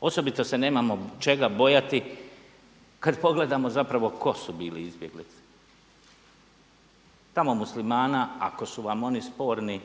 Osobito se čega nemamo bojati kad pogledamo zapravo tko su bili izbjeglice. Tamo Muslimana, ako su vam oni sporni